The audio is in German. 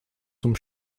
zum